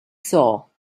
saw